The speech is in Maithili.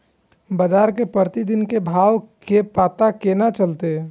बजार के प्रतिदिन के भाव के पता केना चलते?